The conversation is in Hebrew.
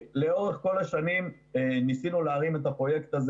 לאורך כל השנים ניסינו להרים את הפרויקט הזה